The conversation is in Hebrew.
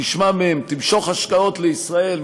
תשמע מהם, תמשוך השקעות לישראל.